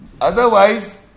Otherwise